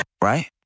Right